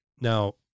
Now